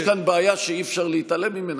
יש כאן בעיה שאי-אפשר להתעלם ממנה.